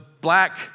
black